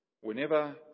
Whenever